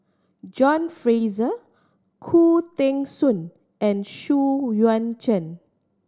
John Fraser Khoo Teng Soon and Xu Yuan Zhen